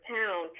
town